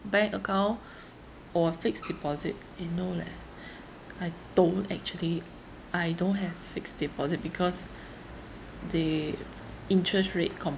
bank account or fixed deposit eh no leh I don't actually I don't have fixed deposit because the interest rate